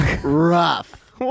rough